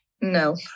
No